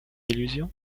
illusion